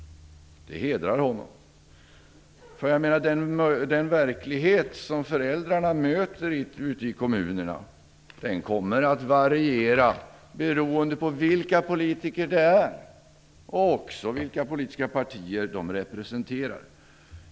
Det hedrar honom. Den verklighet som föräldrarna möter ute i kommunerna kommer att variera beroende på vilka politiker det är och vilka politiska partier de representerar.